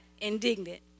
indignant